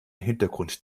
hintergrund